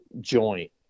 joint